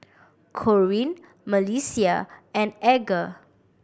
Corwin Melissia and Edgar